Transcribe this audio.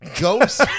ghost